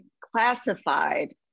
classified